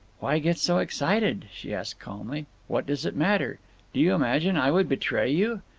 why get so excited? she asked calmly. what does it matter? do you imagine i would betray you?